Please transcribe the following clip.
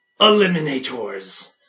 eliminators